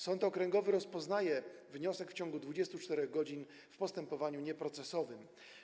Sąd okręgowy rozpoznaje wniosek w ciągu 24 godzin w postępowaniu nieprocesowym.